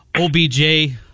OBJ